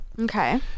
Okay